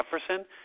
Jefferson